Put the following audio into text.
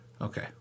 Okay